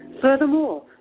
furthermore